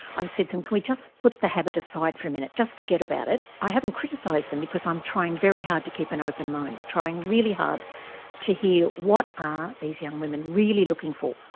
i've said to them, can we just put the habit aside for a minute? just forget about it. i haven't criticised them because i'm trying very hard to keep an open mind, trying really hard to hear, what are these young women really looking for.